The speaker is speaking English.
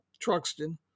Truxton